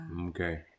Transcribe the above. Okay